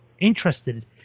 interested